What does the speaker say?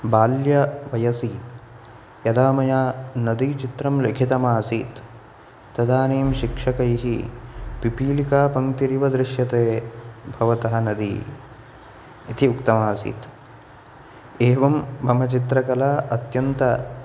बाल्यवयसि यदा मया नदीचित्रं लिखितम् आसीत् तदानीं शिक्षकैः पिपीलिकापङ्क्तिरिव दृश्यते भवतः नदी इति उक्तम् आसीत् एवं मम चित्रकला अत्यन्त